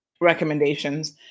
recommendations